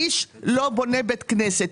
איש לא בונה בית כנסת.